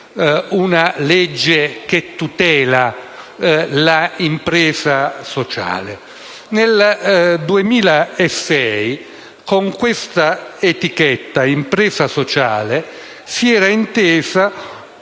una legge che tutela l'impresa sociale? Nel 2006, con questa etichetta di impresa sociale si era inteso